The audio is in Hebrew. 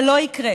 זה לא יקרה.